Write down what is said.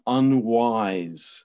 unwise